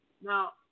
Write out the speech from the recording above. Now